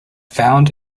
found